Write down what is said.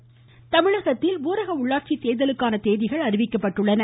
உள்ளாட்சி தேர்தல் தமிழகத்தில் உள்ளாட்சி தேர்தலுக்கான தேதிகள் அறிவிக்கப்பட்டுள்ளன